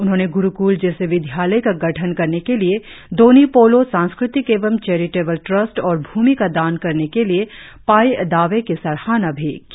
उन्होंने ग्रुक्ल जैसे विद्यालय का गठन करने के लिए दोनी पोलो सास्कृतिक एवं चेरिटेबल ट्रस्ट और भूमि का दान करने के लिए पाइ दावे की सराहना भी की